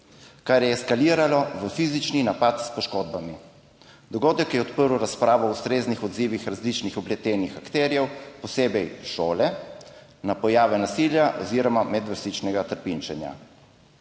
»kar je ekshaliralo v fizični napad s poškodbami.« Dogodek je odprl razpravo o ustreznih odzivih različnih vpletenih akterjev, posebej šole, na pojave nasilja oziroma medvrstniškega trpinčenja.